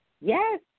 Yes